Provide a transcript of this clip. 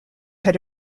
had